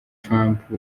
trump